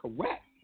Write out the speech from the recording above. correct